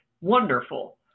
wonderful